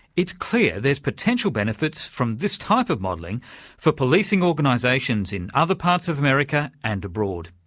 it's clear there's potential benefits from this type of modelling for policing organisations in other parts of america and abroad,